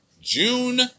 June